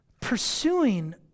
pursuing